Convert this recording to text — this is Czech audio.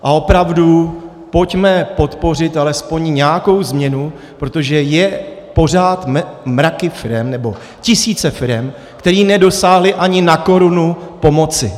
A opravdu, pojďme podpořit alespoň nějakou změnu, protože jsou pořád mraky firem, nebo tisíce firem, které nedosáhly ani na korunu pomoci.